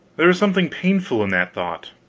there was something painful in that thought,